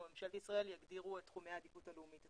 ממשלת ישראל יגדירו את תחומי העדיפות הלאומית,